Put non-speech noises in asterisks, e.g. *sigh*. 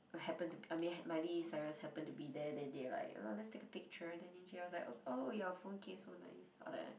happen to be I mean Miley Cyrus happen to be there then they will like oh let's take a picture then she was like oh your phone case so nice *noise*